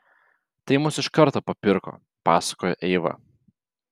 tai mus iš karto papirko pasakojo eiva